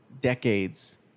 decades